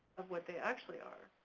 of what they actually are.